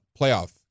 playoff